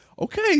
okay